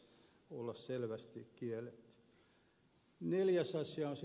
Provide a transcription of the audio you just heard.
neljäs asia on sitten valvonta